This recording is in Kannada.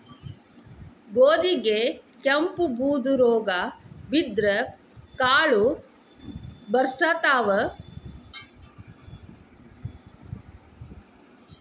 ಗೋಧಿಗೆ ಕೆಂಪು, ಬೂದು ರೋಗಾ ಬಿದ್ದ್ರ ಕಾಳು ಬರ್ಸತಾವ